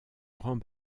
grand